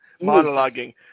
monologuing